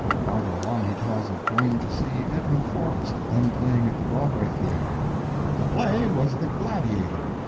farther along, he tells of going to see edwin forrest, then playing at the broadway theater the play was the gladiator.